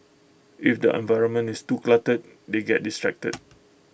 if the environment is too cluttered they get distracted